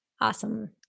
Awesome